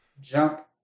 jump